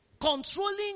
Controlling